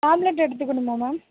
tablet எடுத்துக்கணுமா ma'am